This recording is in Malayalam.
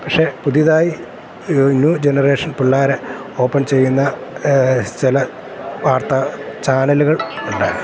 പക്ഷെ പുതിയതായി ന്യൂ ജനറേഷൻ പിള്ളേർ ഓപ്പൺ ചെയ്യുന്ന ചില വാർത്ത ചാനലുകൾ ഉണ്ട്